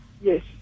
yes